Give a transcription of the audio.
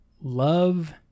love